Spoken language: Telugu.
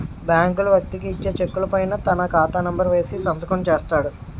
బ్యాంకులు వ్యక్తికి ఇచ్చే చెక్కుల పైన తన ఖాతా నెంబర్ వేసి సంతకం చేస్తాడు